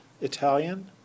Italian